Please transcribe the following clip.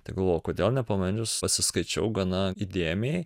tegul o kodėl nepabandžius pasiskaičiau gana įdėmiai